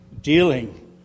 dealing